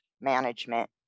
management